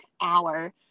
hour